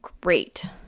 great